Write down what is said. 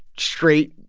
straight,